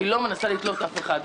אני לא מנסה לתלות אף אחד.